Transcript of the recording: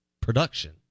production